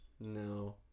No